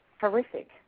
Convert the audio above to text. horrific